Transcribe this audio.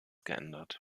geändert